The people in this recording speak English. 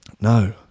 No